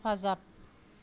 हेफाजाब